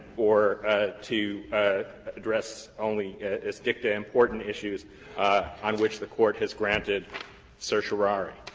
or to address only as dicta important issues on which the court has granted certiorari.